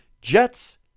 jets